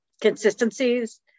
consistencies